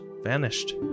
vanished